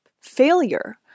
failure